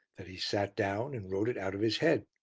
that he sat down and wrote it out of his head.